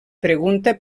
pregunta